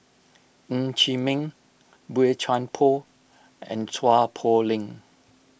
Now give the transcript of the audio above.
Ng Chee Meng Boey Chuan Poh and Chua Poh Leng